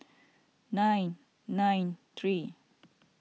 nine nine three